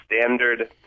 standard